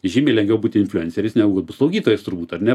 žymiai lengviau būti influenceriais negu slaugytojais turbūt ar ne